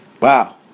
Wow